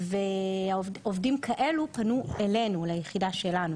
ועובדים כאלו פנו אלינו ליחידה שלנו.